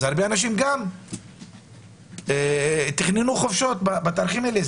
הרבה אנשים תכננו חופשות בתאריכים האלה.